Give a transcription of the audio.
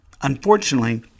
Unfortunately